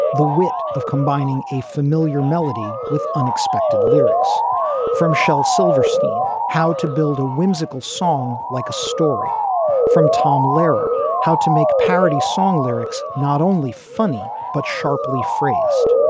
the wit of combining a familiar melody with unexpected lyrics from shel silverstein how to build a whimsical song like a story from tom lehrer, lehrer, how to make parody song lyrics not only funny, but sharply phrased.